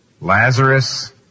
Lazarus